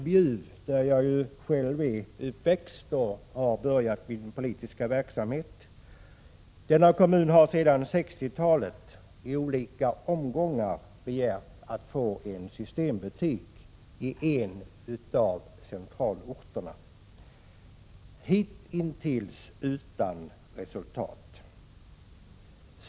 Bjuv, där jag själv är uppväxt och har börjat min politiska verksamhet, har sedan 1960-talet i olika omgångar begärt att få en systembutik i en av centralorterna. Hitintills har detta varit utan resultat.